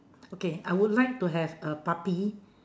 okay I would like to have a puppy